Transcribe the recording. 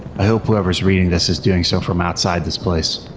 i hope whoever is reading this is doing so from outside this place.